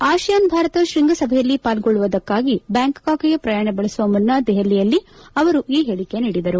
ASEAN Bharat ಶೃಂಗಸಭೆಯಲ್ಲಿ ಪಾಲ್ಗೊಳ್ಳುವುದಕ್ಕಾಗಿ ಬ್ಯಾಂಕಾಕ್ಗೆ ಪ್ರಯಾಣ ಬೆಳೆಸುವ ಮುನ್ನ ದೆಹಲಿಯಲ್ಲಿ ಅವರು ಈ ಹೇಳಿಕೆ ನೀಡಿದರು